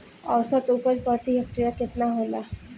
औसत उपज प्रति हेक्टेयर केतना होला?